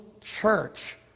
church